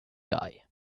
guy